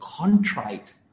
contrite